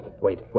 wait